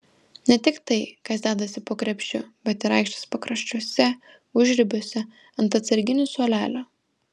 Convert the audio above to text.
ne tik tai kas dedasi po krepšiu bet ir aikštės pakraščiuose užribiuose ant atsarginių suolelio